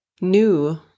new